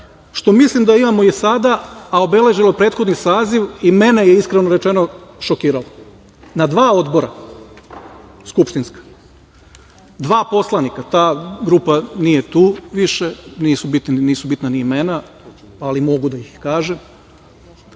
što mislim da imamo i sada, a obeležilo je prethodni saziv i mene je iskreno rečeno šokiralo. Na dva Odbora skupštinska, dva poslanika ta grupa nije tu više, nisu bitni, nisu bitna ni imena, ali mogu da ih kažem,